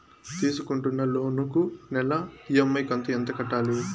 తీసుకుంటున్న లోను కు నెల ఇ.ఎం.ఐ కంతు ఎంత కట్టాలి?